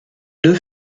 deux